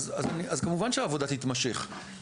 אז כמובן שהעבודה תתמשך.